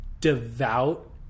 devout